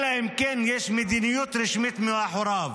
אלא אם כן יש מדיניות רשמית מאחוריו.